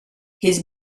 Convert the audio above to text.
his